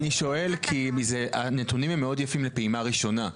אני שואל כי הנתונים מאוד יפים לפעימה ראשונה,